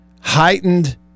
heightened –